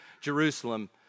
Jerusalem